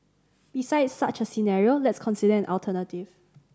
besides such a scenario let's consider an alternative